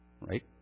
Right